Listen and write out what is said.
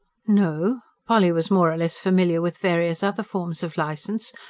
no polly was more or less familiar with various other forms of licence,